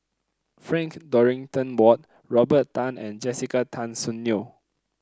Frank Dorrington Ward Robert Tan and Jessica Tan Soon Neo